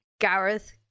gareth